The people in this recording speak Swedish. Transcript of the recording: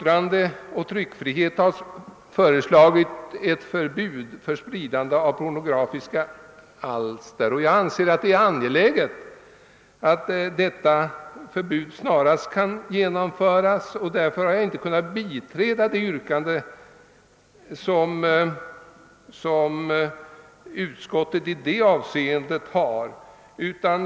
randeoch tryckfrihet har föreslagit ett förbud mot spridande av pornografiska alster. Jag anser att det är angeläget att detta förbud snarast kan träda i kraft. Därför har jag inte i detta avseende kunnat biträda utskottets yrkande.